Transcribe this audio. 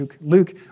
Luke